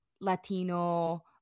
Latino